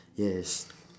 yes